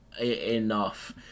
enough